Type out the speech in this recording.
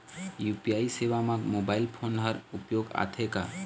UPI सेवा म mobile phone हर उपयोग आथे का?